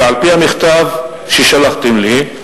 ועל-פי המכתב ששלחתם לי,